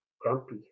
grumpy